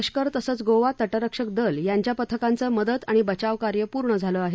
लष्कर तसंच गोवा तटरक्षक दल यांच्या पथकांचं मदत आणि बचावकार्य पूर्ण झालं अहे